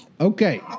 Okay